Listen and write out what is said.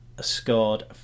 scored